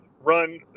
run